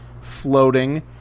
floating